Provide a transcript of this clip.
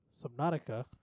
Subnautica